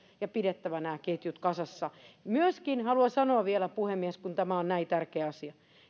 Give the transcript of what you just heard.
ja pidettävä nämä ketjut kasassa myöskin haluan sanoa vielä puhemies kun tämä on näin tärkeä asia